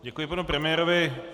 Děkuji panu premiérovi.